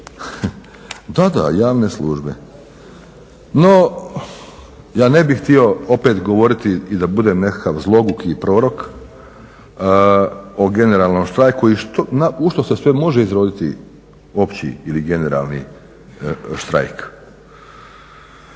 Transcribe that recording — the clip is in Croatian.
Da, da, javne službe. No, ja ne bih htio opet govoriti i da budem nekakav zloguk i prorok o generalnom štrajku i u što se sve može izroditi opći ili generalni štrajk.